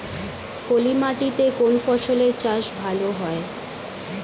পলি মাটিতে কোন ফসলের চাষ ভালো হয়?